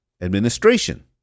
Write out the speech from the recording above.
administration